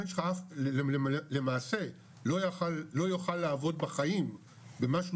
הבן שלך למעשה לא יוכל לעבוד בחיים במשהו